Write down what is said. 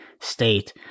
state